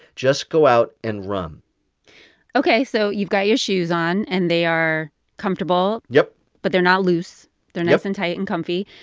just go out, and run ok. so you've got your shoes on, and they are comfortable yup but they're not loose yup they're nice and tight and comfy.